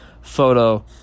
photo